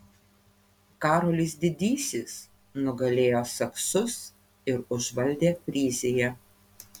karolis didysis nugalėjo saksus ir užvaldė fryziją